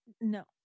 No